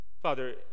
Father